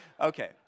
okay